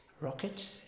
rocket